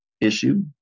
issue